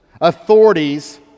authorities